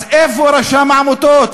אז איפה רשם העמותות?